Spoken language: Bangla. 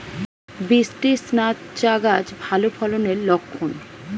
বৃষ্টিস্নাত চা গাছ ভালো ফলনের লক্ষন